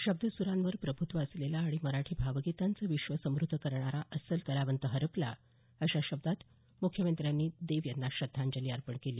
शब्द सुरांवर प्रभूत्व असलेला आणि मराठी भावगीतांचं विश्व समृध्द करणारा अस्सल कलावंत हरपला अशा शब्दांत मुख्यमंत्र्यांनी देव यांना श्रद्धांजली अर्पण केली